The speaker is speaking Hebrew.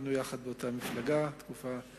היינו יחד באותה מפלגה תקופה,